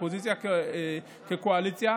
אופוזיציה כקואליציה,